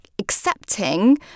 accepting